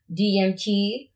DMT